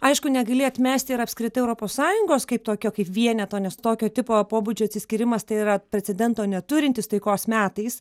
aišku negali atmest ir apskritai europos sąjungos kaip tokio kaip vieneto nes tokio tipo pobūdžio atsiskyrimas tai yra precedento neturintis taikos metais